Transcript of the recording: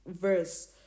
verse